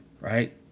right